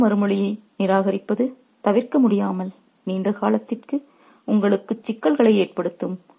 சமூக மறுமொழியை நிராகரிப்பது தவிர்க்க முடியாமல் நீண்ட காலத்திற்கு உங்களுக்கு சிக்கல்களை ஏற்படுத்தும்